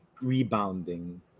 rebounding